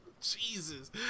Jesus